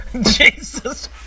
Jesus